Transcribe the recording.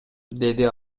деди